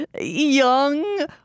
young